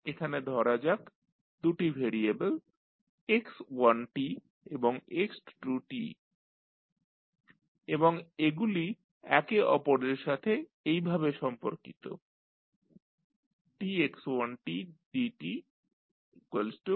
এখানে ধরা যাক দুটি ভ্যারিয়েবল x1 এবং x2 এবং এগুলি একে অপরের সাথে এইভাবে সম্পর্কিত dx1dtx2t